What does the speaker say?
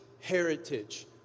heritage